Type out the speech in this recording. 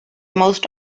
most